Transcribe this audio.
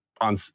on